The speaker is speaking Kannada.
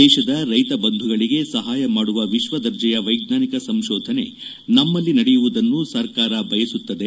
ದೇಶದ ರೈತಬಂಧುಗಳಿಗೆ ಸಹಾಯ ಮಾಡುವ ವಿಶ್ವದರ್ಜೆಯ ವೈಜ್ಞಾನಿಕ ಸಂಶೋಧನೆ ನಮ್ನಲ್ಲಿ ನಡೆಯುವುದನ್ನು ಸರ್ಕಾರ ಬಯಸುತ್ತದೆ